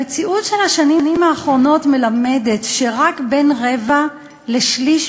המציאות של השנים האחרונות מלמדת שרק בין רבע לשליש